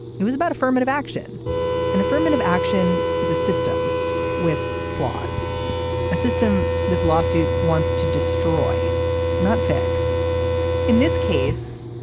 it was about affirmative action and affirmative action is a system with flaws a system. this lawsuit wants to destroy not fix in this case.